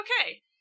okay